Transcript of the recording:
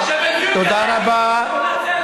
תודה רבה.